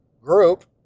group